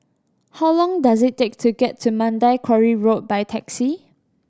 how long does it take to get to Mandai Quarry Road by taxi